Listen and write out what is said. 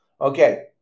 Okay